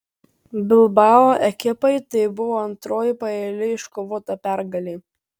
bilbao ekipai tai buvo antroji paeiliui iškovota pergalė